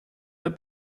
der